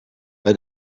bij